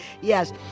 Yes